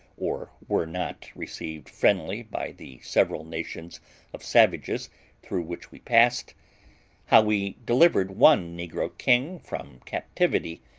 or were not, received friendly by the several nations of savages through which we passed how we delivered one negro king from captivity,